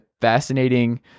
fascinating